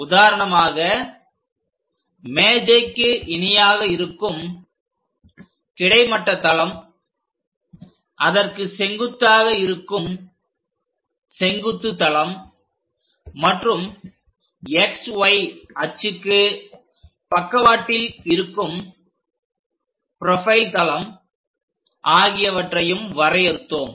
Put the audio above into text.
உதாரணமாக மேஜைக்கு இணையாக இருக்கும் கிடைமட்ட தளம் அதற்கு செங்குத்தாக இருக்கும் செங்குத்து தளம் மற்றும் XY அச்சுக்கு பக்கவாட்டில் இருக்கும் ப்ரொபைல் தளம் ஆகியவற்றையும் வரையறுத்தோம்